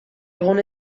egon